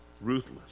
ruthless